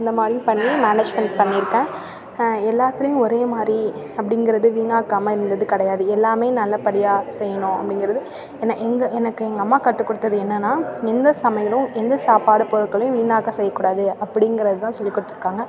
இந்த மாதிரியும் பண்ணி மேனேஜ்மெண்ட் பண்ணியிருக்கேன் எல்லாத்திலையும் ஒரே மாதிரி அப்படிங்கிறது வீணாக்காமல் இருந்தது கிடையாது எல்லாமே நல்லபடியாக செய்யணும் அப்படிங்கிறது ஏன்னா எங்கள் எனக்கு எங்கள் அம்மா கத்துக்கொடுத்தது என்னன்னா எந்த சமையலும் எந்த சாப்பாடு பொருட்களையும் வீணாக்க செய்யக்கூடாது அப்படிங்கிறது தான் சொல்லிக்கொடுத்துருக்காங்க